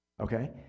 okay